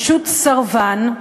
פשוט סרבן,